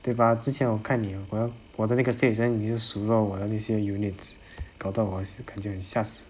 对吧之前我看你玩玩到一个 stage 你一直输到我的那些 units 搞到我也是感觉很吓死